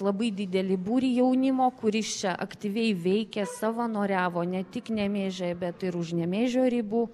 labai didelį būrį jaunimo kuris čia aktyviai veikė savanoriavo ne tik nemėžyje bet ir už nemėžio ribų